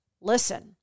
Listen